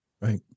right